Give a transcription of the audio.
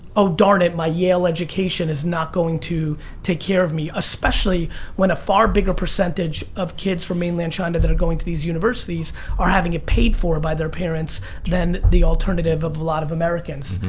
oh, darn it, my yale education is not going to take care of me, especially when a far bigger percentage of kids from mainland china that are going to these universities are having it paid for by their parents than the alternative of a lot of americans,